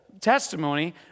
testimony